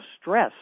stress